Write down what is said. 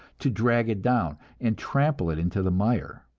to drag it down and trample it into the mire.